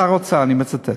שר האוצר, אני מצטט: